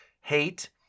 hate